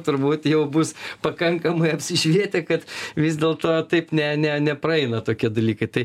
turbūt jau bus pakankamai apsišvietę kad vis dėlto taip ne ne nepraeina tokie dalykai tai